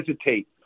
hesitate